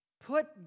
put